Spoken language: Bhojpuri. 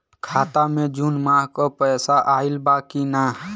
खाता मे जून माह क पैसा आईल बा की ना?